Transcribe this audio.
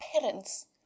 parents